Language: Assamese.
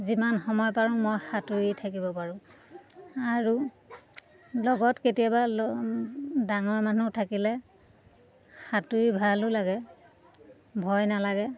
যিমান সময় পাৰোঁ মই সাঁতুৰি থাকিব পাৰোঁ আৰু লগত কেতিয়াবা ল ডাঙৰ মানুহ থাকিলে সাঁতুৰি ভালো লাগে ভয় নালাগে